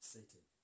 Satan